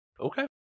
okay